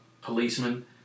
policeman